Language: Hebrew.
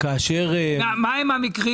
מה הם המקרים